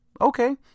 okay